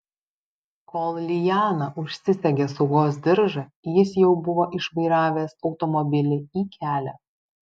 kol liana užsisegė saugos diržą jis jau buvo išvairavęs automobilį į kelią